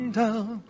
down